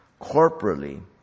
corporately